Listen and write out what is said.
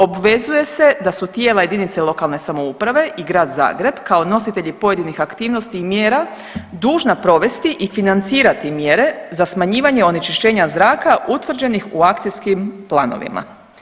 Obvezuje se da su tijela jedinice lokalne samouprave i Grad Zagreb kao nositelji pojedinih aktivnosti i mjera dužna provesti i financirati mjere za smanjivanje onečišćenja zraka utvrđenih u akcijskim planovima.